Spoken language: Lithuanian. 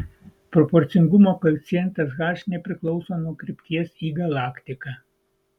proporcingumo koeficientas h nepriklauso nuo krypties į galaktiką